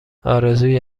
آرزوی